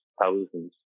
thousands